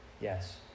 Yes